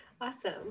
Awesome